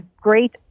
great